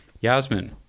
Yasmin